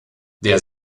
der